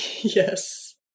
Yes